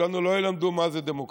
אותנו לא ילמדו מה זה דמוקרטיה.